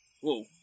Whoa